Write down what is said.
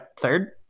third